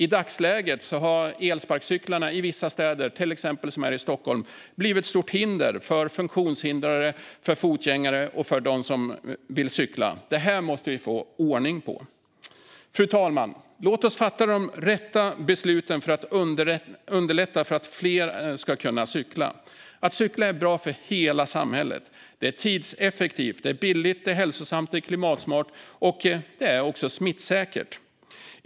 I dagsläget har elsparkcyklarna i vissa städer, till exempel i Stockholm, blivit ett stort hinder för funktionshindrade, fotgängare och cyklister. Detta måste vi få ordning på. Fru talman! Låt oss fatta de rätta besluten för att underlätta för fler att cykla. Att cykla är bra för hela samhället. Det är tidseffektivt, billigt, hälsosamt, klimatsmart och smittsäkert.